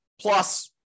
plus